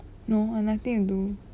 no I nothing to do